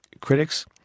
critics